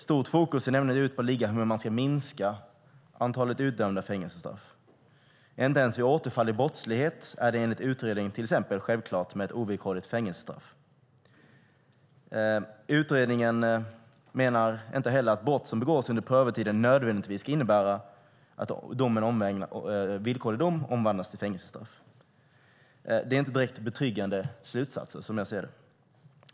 Stort fokus ligger på hur man ska minska antalet utdömda fängelsestraff. Inte ens vid återfall i brottslighet är det enligt utredningen, till exempel, självklart med ovillkorligt fängelsestraff. Utredningen menar inte heller att brott som har begåtts under prövotiden nödvändigtvis ska innebära att villkorlig dom omvandlas till fängelsestraff. Det är inte direkt betryggande slutsatser.